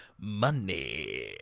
money